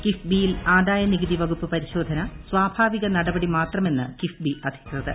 കിഫ്ബിയിൽ ആദായനികുതി വകുപ്പ് പരിശോധന ന് സ്വാഭാവിക നടപടി മാത്രമെന്ന് കിഫ്ബി അധികൃതർ